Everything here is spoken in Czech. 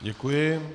Děkuji.